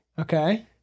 Okay